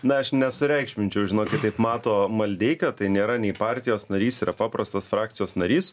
na aš nesureikšminčiau žinokit mato maldeikio tai nėra nei partijos narys yra paprastas frakcijos narys